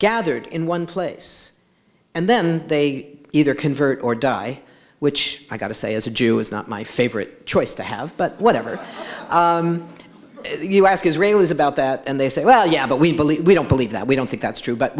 gathered in one place and then they either convert or die which i got to say as a jew is not my favorite choice to have but whatever you ask israelis about that and they say well yeah but we believe we don't believe that we don't think that's true but